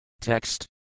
Text